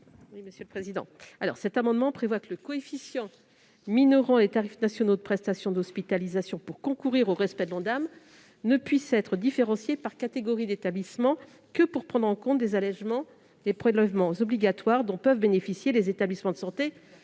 commission ? Le présent amendement tend à prévoir que le coefficient minorant les tarifs nationaux des prestations d'hospitalisation en vue de concourir au respect de l'Ondam ne puisse être différencié par catégorie d'établissements que pour tenir compte des allégements de prélèvements obligatoires dont peuvent bénéficier les établissements de santé